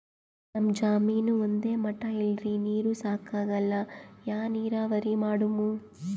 ನಮ್ ಜಮೀನ ಒಂದೇ ಮಟಾ ಇಲ್ರಿ, ನೀರೂ ಸಾಕಾಗಲ್ಲ, ಯಾ ನೀರಾವರಿ ಮಾಡಮು?